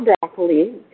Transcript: broccoli